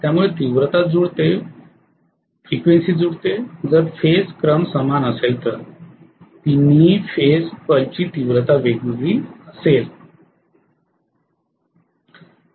त्यामुळे तीव्रता जुळते फ्रिक्वेन्सी जुळते जर फेज क्रम समान असेल तर तीनही फेज बल्बची तीव्रता वेगवेगळी असेल